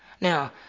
Now